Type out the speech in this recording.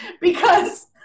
because-